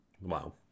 Wow